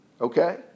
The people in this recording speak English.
Okay